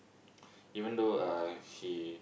even though uh he